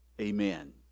Amen